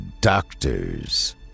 doctors